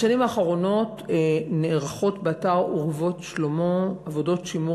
בשנים האחרונות נערכות באתר "אורוות שלמה" עבודות שימור